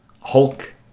Hulk